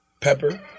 pepper